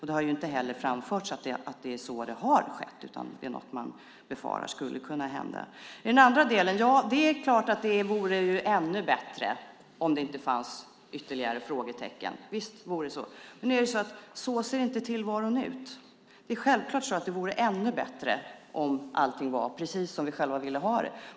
Det har inte heller framförts att så har skett, utan det är något man befarar skulle kunna hända. Sedan har vi det andra som togs upp. Ja, det är klart att det vore ännu bättre om det inte fanns ytterligare frågetecken. Visst vore det så. Men så ser inte tillvaron ut. Självklart vore det ännu bättre om allting var precis så som vi själva vill ha det.